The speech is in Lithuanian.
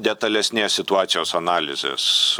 detalesnės situacijos analizės